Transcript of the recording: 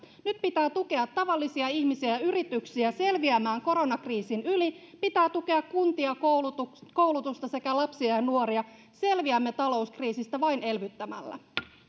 nyt pitää tukea tavallisia ihmisiä ja yrityksiä selviämään koronakriisin yli pitää tukea kuntia koulutusta sekä lapsia ja ja nuoria selviämme talouskriisistä vain elvyttämällä